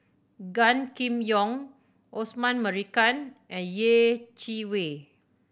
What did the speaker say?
Gan Kim Yong Osman Merican and Yeh Chi Wei